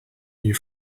you